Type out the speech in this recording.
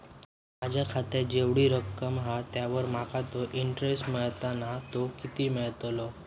माझ्या खात्यात जेवढी रक्कम हा त्यावर माका तो इंटरेस्ट मिळता ना तो किती मिळतलो?